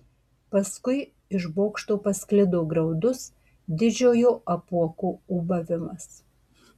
paskui iš bokšto pasklido graudus didžiojo apuoko ūbavimas